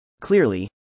Clearly